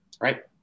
right